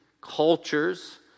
cultures